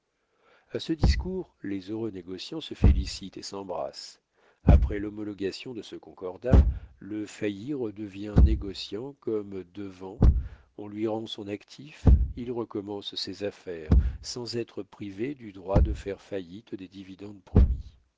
a ce discours les heureux négociants se félicitent et s'embrassent après l'homologation de ce concordat le failli redevient négociant comme devant on lui rend son actif il recommence ses affaires sans être privé du droit de faire faillite des dividendes promis